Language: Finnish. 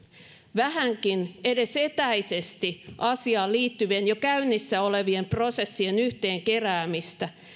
vähänkin edes etäisesti asiaan liittyvien jo käynnissä olevien prosessien yhteen keräämistä